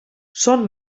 són